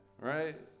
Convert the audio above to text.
Right